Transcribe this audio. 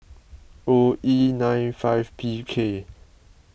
O E nine five P K